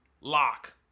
Lock